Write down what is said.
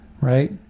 right